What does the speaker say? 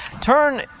Turn